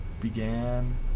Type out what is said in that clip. began